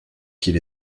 qu’il